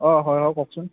অঁ হয় হয় কওকচোন